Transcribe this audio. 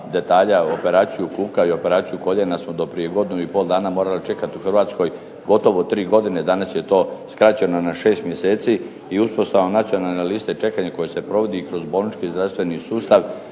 detalja, operaciju kuka i operaciju koljena smo do prije godinu i pol dana morali čekati u Hrvatskoj gotovo 3 godine, danas je to skraćeno na 6 mjeseci. I uspostavom Nacionalne liste čekanja koja se provodi kroz bolnički zdravstveni sustav